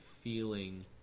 feeling